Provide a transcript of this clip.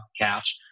couch